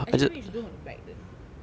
actually maybe you should do from the back then